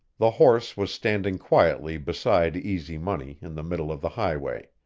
the horse was standing quietly beside easy money in the middle of the highway.